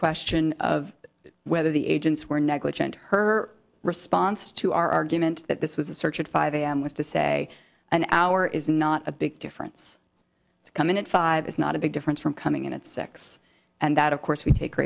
question of whether the agents were negligent her response to our argument that this was a search at five am was to say an hour is not a big difference coming in five is not a big difference from coming in at six and that of course we take